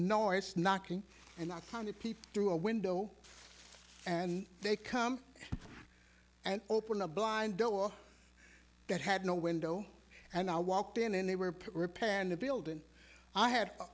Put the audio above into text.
noise knocking and i found a peep through a window and they come and open a blind door that had no window and i walked in and they were repairing the building i had